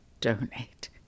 donate